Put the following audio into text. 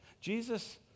Jesus